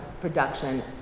production